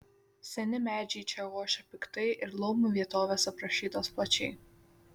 seni medžiai čia ošia piktai ir laumių vietovės aprašytos plačiai